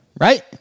right